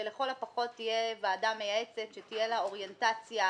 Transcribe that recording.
שלכל הפחות תהיה ועדה מייעצת שתהיה לה אוריינטציה